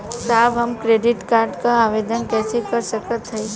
साहब हम credit card क आवेदन कइसे कर सकत हई?